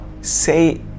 say